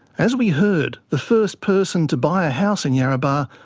as we heard, the first person to buy a house in yarrabah,